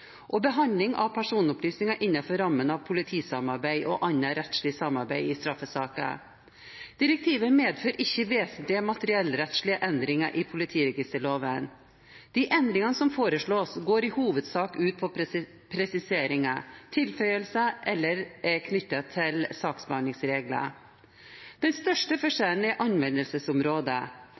og behandling av personopplysninger innenfor rammene av politisamarbeid og annet rettslig samarbeid i straffesaker. Direktivet medfører ikke vesentlige materiellrettslige endringer i politiregisterloven. De endringene som foreslås, går i hovedsak ut på presiseringer og tilføyelser, eller de er knyttet til saksbehandlingsregler. Den største forskjellen er anvendelsesområdet.